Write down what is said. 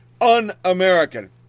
Un-American